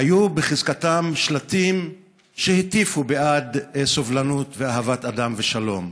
היו בחזקתם שלטים שהטיפו בעד סובלנות ואהבת אדם ושלום.